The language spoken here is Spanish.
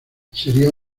sería